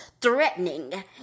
threatening